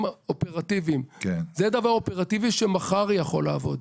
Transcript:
אופרטיביים אופרטיבי שמחר יכול לעבוד.